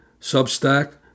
Substack